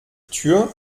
tür